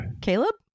Caleb